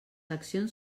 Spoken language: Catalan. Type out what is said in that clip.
accions